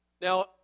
Now